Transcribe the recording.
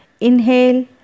Inhale